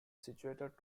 situated